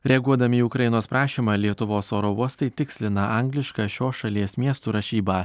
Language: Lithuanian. reaguodami į ukrainos prašymą lietuvos oro uostai tikslina anglišką šios šalies miestų rašybą